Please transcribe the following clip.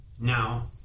Now